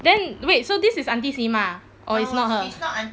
then wait so this is aunty simah or it's not her